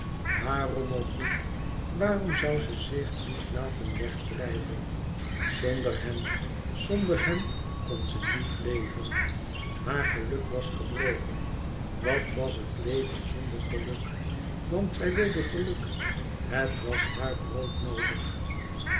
waarom ook niet waarom zoû ze zich niet laten wegdrijven zonder hem zonder hem kon ze niet leven haar geluk was gebroken wat was het leven zonder geluk want zij wilde geluk het was haar broodnoodig